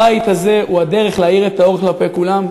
הבית הזה הוא הדרך להאיר את האור כלפי כולם.